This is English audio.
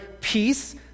peace